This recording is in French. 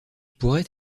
pourrait